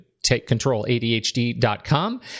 TakeControlADHD.com